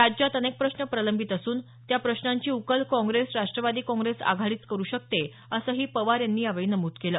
राज्यात अनेक प्रश्न प्रलंबित असून त्या प्रश्नांची उकल काँप्रेस राष्ट्रवादी काँप्रेस आघाडीच करु शकते असंही पवार यांनी यावेळी नमूद केलं